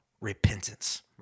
repentance